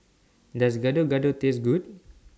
Does Gado Gado Taste Good